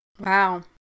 Wow